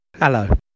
Hello